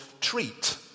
treat